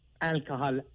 alcohol